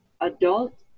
adult